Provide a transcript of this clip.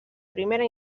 primera